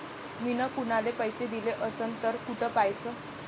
मिन कुनाले पैसे दिले असन तर कुठ पाहाचं?